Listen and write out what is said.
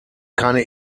keine